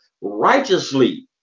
righteously